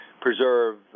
preserve